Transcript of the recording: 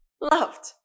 Loved